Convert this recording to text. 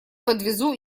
подвезу